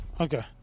okay